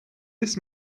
this